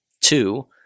Two